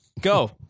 Go